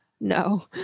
no